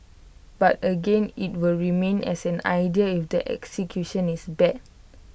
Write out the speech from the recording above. but again IT will remain as an idea if the execution is bad